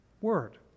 word